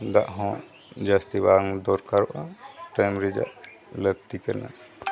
ᱫᱟᱜ ᱦᱚᱸ ᱡᱟᱹᱥᱛᱤ ᱵᱟᱝ ᱫᱚᱨᱠᱟᱨᱚᱜᱼᱟ ᱴᱟᱭᱤᱢ ᱨᱮᱭᱟᱜ ᱞᱟᱹᱠᱛᱤ ᱠᱟᱱᱟ